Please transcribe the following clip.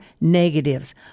negatives